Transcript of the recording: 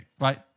right